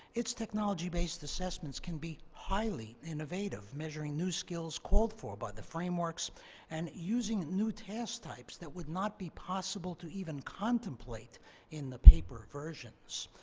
its technology-based assessments can be highly innovative, measuring new skills called for by the frameworks and using new task types that would not be possible to even contemplate in the paper versions.